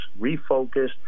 refocused